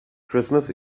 christmas